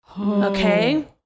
Okay